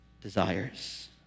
desires